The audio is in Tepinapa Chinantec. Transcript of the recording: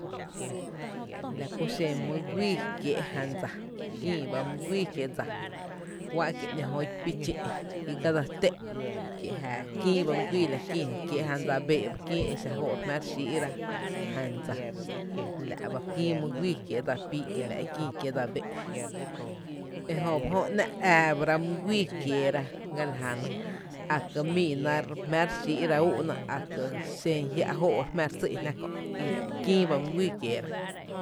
La kú xen mý guíí kiéé’ dsa, kïí bá mý guíí kiéé’ dsa, jö i píí’ chï’ i ga dse té’n, kie’ jää kïí ba mý guíí kiéé’, kie’ la kïï e kiee’ jan dsa béé’ ba kïï mý guíí kié’ i i, kie’ a exa jóó re jmⱥⱥ’ re xíí’ra jan dsa, la’ ba k¨*iï my guíí kiee’ dsa píí’ kie la kïï kiee’ dsa bee’ e jöba jö, ‘ná’ re ⱥⱥ ba rá mý guíí kieera ga la jana a ká’ míína re jmⱥ’ re xíí’ra úú’na a ka xen jia’ jóó’ re jmⱥ’ re sý’ jná kö’ ki kïí ba mý guíí kieera.